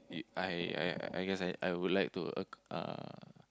i~ I I I guess I I would like to acc~ uh